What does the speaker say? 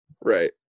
Right